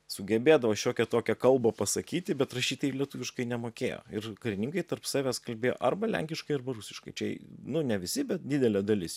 sugebėdavo šiokią tokią kalbą pasakyti bet rašyt tai lietuviškai nemokėjo ir karininkai tarp savęs kalbėjo arba lenkiškai arba rusiškai čia nu ne visi bet didelė dalis